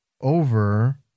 over